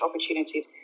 opportunity